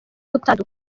gutandukana